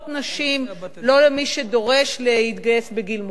לא מי שדורש להתגייס בגיל מאוחר יותר,